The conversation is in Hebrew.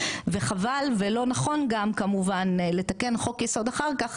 וחבל ולא נכון גם כמובן לתקן חוק יסוד אחר כך,